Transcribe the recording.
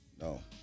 No